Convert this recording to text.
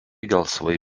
gelsvai